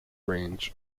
range